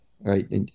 right